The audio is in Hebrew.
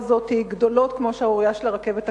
גדולות כמו השערורייה של הרכבת הקלה.